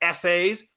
Essays